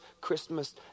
Christmas